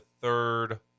third